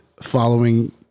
following